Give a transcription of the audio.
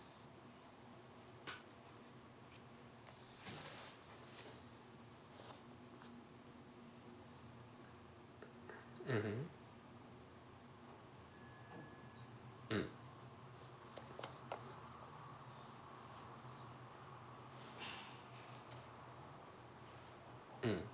mmhmm mm mm